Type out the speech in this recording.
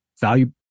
value